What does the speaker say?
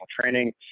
training